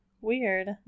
Weird